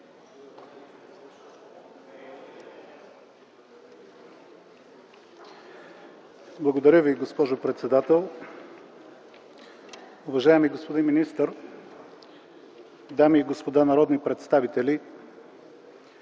Благодаря Ви, госпожо председател. Уважаеми господин министър, дами и господа народни представители!